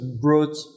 brought